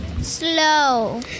Slow